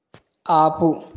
ఆపు